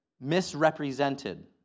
misrepresented